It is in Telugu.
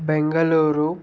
బెంగళూరు